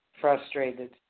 frustrated